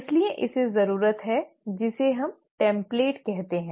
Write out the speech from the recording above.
इसलिए इसे जरूरत है जिसे हम टेम्पलेट कहते हैं